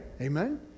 Amen